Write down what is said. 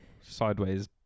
sideways